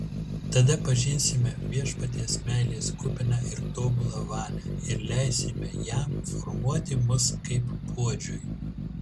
tada pažinsime viešpaties meilės kupiną ir tobulą valią ir leisime jam formuoti mus kaip puodžiui